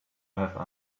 have